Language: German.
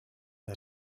der